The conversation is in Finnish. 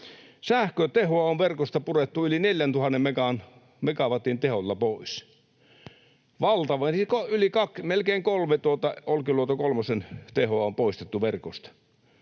Sähkön tehoa on verkosta purettu yli 4 000 megawatin teholla pois. Valtavat yli kaksi, melkein kolme Olkiluoto kolmosen tehoa on poistettu verkosta.